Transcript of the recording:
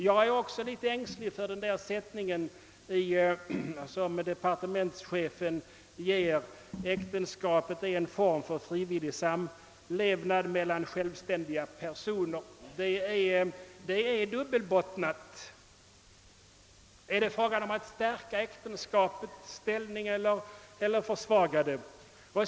Jag är liksom flera andra ängslig över departementschefens formulering att en framtida lagstiftning skall ta hänsyn till att »äktenskapet är en form för frivillig samlevnad mellan självständiga personer». Det är dubbelbottnat. är det fråga om att stärka äktenskapets ställning eller att försvaga den?